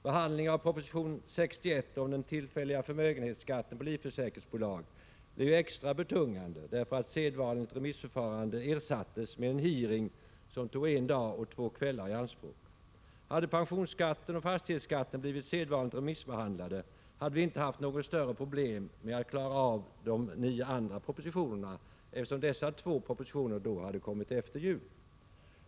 Behandlingen av proposition 61 om den tillfälliga förmögenhetsskatten för livsförsäkringsbolag blev ju extra betungande därför att sedvanligt remissförfarande ersattes med en hearing, som tog en dag och två kvällar i anspråk. Hade förslagen om pensionsskatten och fastighetsskatten blivit på sedvanligt sätt remissbehandlade, så hade vi inte haft något större problem med att klara av de nio andra propositionerna, eftersom dessa två propositioner då hade kommit efter jul.